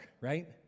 Right